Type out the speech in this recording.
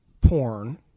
porn